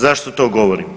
Zašto to govorim?